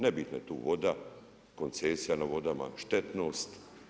Nebitna je tu voda, koncesija na vodama, štetnost.